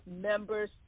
members